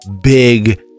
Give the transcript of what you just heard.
Big